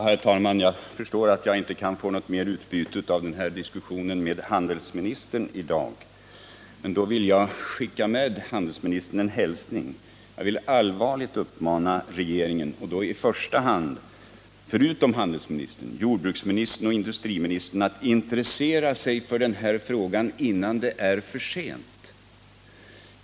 Herr talman! Jag förstår att jag inte får något utbyte av den här diskussionen med handelsministern i dag. Men då vill jag skicka med handelsministern en hälsning. Jag vill allvarligt uppmana regeringen — och då i första hand, förutom handelsministern, också jordbruksministern och industriministern — att intressera sig för den här frågan innan det är för sent.